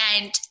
and-